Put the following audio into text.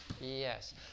yes